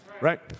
right